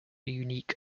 unique